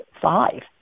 five